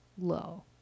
low